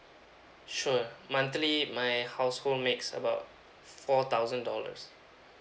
sure monthly my household makes about four thousand dollars